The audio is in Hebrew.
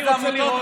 איזה עמותות?